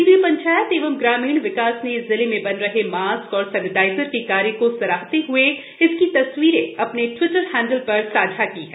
केंद्रीय पंचायत एवं ग्रामीण विकास ने जिले मे बन रहे मास्क और सेनेटाइजर के कार्य को सराहते हए इसकी तस्वीरें अपने ट्विटरहैण्डल पर साझा की हैं